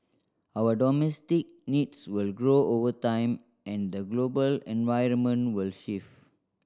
our domestic needs will grow over time and the global environment will shift